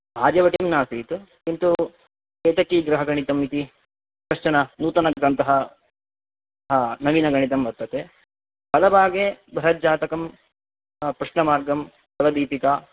आर्यभटीयं नासीत् किन्तु केतकीग्रहगणितम् इति कश्चन नूतनग्रन्थः नवीनगणितं वर्तते फलभागे बृहज्जातकम् प्रश्नमार्गं फलदीपिका